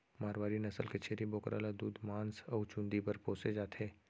मारवारी नसल के छेरी बोकरा ल दूद, मांस अउ चूंदी बर पोसे जाथे